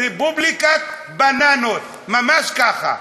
רפובליקת בננות, ממש ככה.